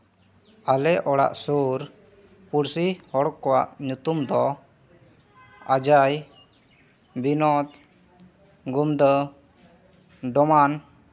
ᱟᱞᱮ ᱚᱲᱟᱜ ᱥᱩᱨ ᱯᱩᱲᱥᱤ ᱦᱚᱲ ᱠᱚᱣᱟᱜ ᱧᱩᱛᱩᱢ ᱫᱚ ᱚᱡᱚᱭ ᱵᱤᱱᱳᱫ ᱜᱩᱢᱫᱟᱹ ᱰᱚᱢᱟᱱ